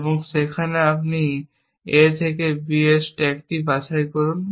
এবং সেখানে আপনি A থেকে B এর স্ট্যাকটি বাছাই করুন